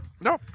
No